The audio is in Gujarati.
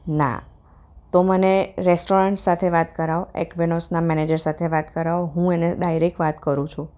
ના તો મને રેસ્ટોરન્ટ સાથે વાત કરાવો એક્વિનોસના મેનેજર સાથે વાત કરાવો હું એને ડાઇરેક્ટ વાત કરું છું